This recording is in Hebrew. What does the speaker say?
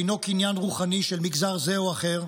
אינו קניין רוחני של מגזר זה או אחר,